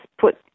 put